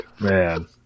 Man